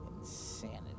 insanity